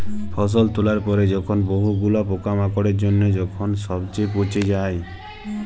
ফসল তোলার পরে যখন বহু গুলা পোকামাকড়ের জনহে যখন সবচে পচে যায়